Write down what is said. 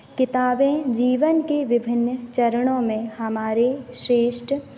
किताबें जीवन के विभिन्न चरणों में हमारे श्रेष्ठ